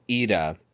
Ida